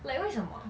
like 为什么